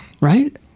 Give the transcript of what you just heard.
right